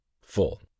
Full